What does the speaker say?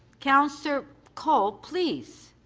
councillor colle, please.